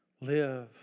live